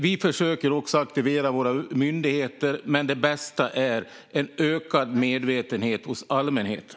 Vi försöker också aktivera våra myndigheter. Men det bästa är en ökad medvetenhet hos allmänheten.